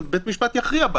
אבל בית המשפט יכריע בה,